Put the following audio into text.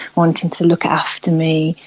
wanting to look after me,